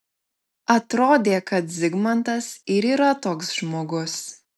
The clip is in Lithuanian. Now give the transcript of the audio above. atrodė kad zigmantas ir yra toks žmogus